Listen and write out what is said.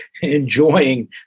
enjoying